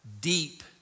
deep